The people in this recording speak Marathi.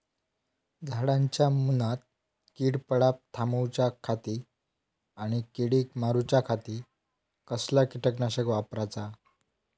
झाडांच्या मूनात कीड पडाप थामाउच्या खाती आणि किडीक मारूच्याखाती कसला किटकनाशक वापराचा?